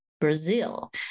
Brazil